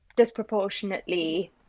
Disproportionately